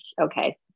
okay